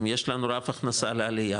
אם יש לנו רף הכנסה לעלייה,